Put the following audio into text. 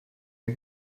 mir